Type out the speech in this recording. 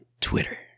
Twitter